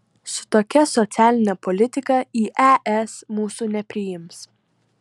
su tokia socialine politika į es mūsų nepriims